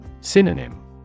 Synonym